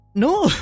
no